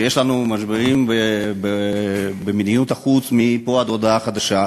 כשיש לנו משברים במדיניות החוץ מפה עד הודעה חדשה,